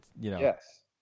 Yes